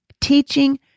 Teaching